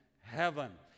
heaven